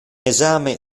esame